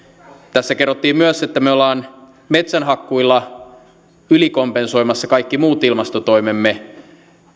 tässä kerrottiin myös että me olemme metsänhakkuilla ylikompensoimassa kaikki muut ilmastotoimemme